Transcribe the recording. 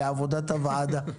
אפשר לעשות עוד הסכם.